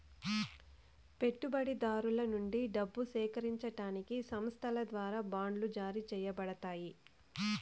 పెట్టుబడిదారుల నుండి డబ్బు సేకరించడానికి సంస్థల ద్వారా బాండ్లు జారీ చేయబడతాయి